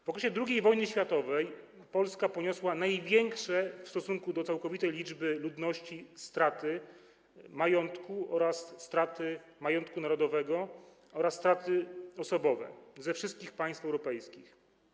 W okresie II wojny światowej Polska poniosła największe w stosunku do całkowitej liczby ludności straty majątku oraz straty majątku narodowego, a także straty osobowe ze wszystkich państw europejskich.